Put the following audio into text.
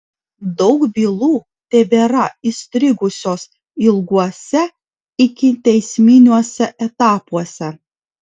daug bylų tebėra įstrigusios ilguose ikiteisminiuose etapuose